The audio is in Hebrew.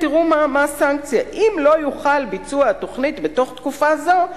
תראו מה הסנקציה: "אם לא יוחל ביצוע התוכנית בתוך תקופה זו,